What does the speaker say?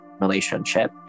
relationship